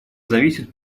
зависит